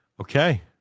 Okay